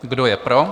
Kdo je pro?